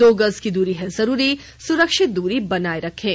दो गज की दूरी है जरूरी सुरक्षित दूरी बनाए रखें